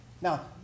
Now